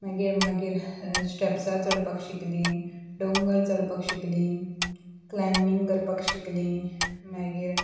मागीर मागीर स्टेप्सां चडपाक शिकली दोंगर चडपाक शिकली क्लायबींग करपाक शिकली मागीर